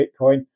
Bitcoin